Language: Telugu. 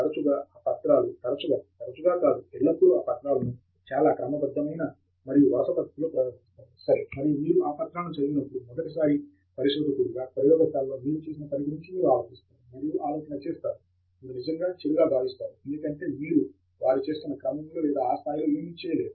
తరచుగా ఆ పత్రాలు తరచుగా తరచుగా కాదు ఎల్లప్పుడూ ఆ పత్రాలను చాలా క్రమబద్ధమైన మరియు వరుస పద్ధతిలో ప్రదర్శిస్తారు సరే మరియు మీరు ఆ పత్రాలను చదివినప్పుడు మొదటిసారి పరిశోధకుడిగా ప్రయోగశాలలో మీరు చేసిన పని గురించి మీరు ఆలోచిస్తారు మరియు ఆలోచన చేస్తారు మీరు నిజంగా చెడుగా భావిస్తారు ఎందుకంటే మీరు వారు చేస్తున్న క్రమం లో లేదా ఆ స్థాయిలో ఏమీ చేయరు